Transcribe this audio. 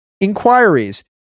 Inquiries